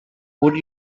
would